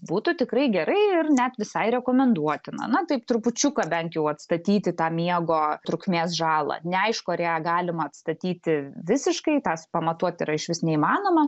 būtų tikrai gerai ir net visai rekomenduotina na taip trupučiuką bent jau atstatyti tą miego trukmės žalą neaišku ar ją galima atstatyti visiškai tas pamatuoti yra išvis neįmanoma